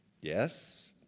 Yes